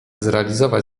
zrealizować